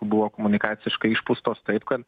buvo komunikaciškai išpūstos taip kad